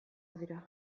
dira